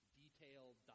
detailed